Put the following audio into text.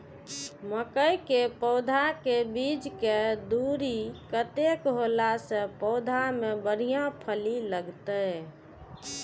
मके के पौधा के बीच के दूरी कतेक होला से पौधा में बढ़िया फली लगते?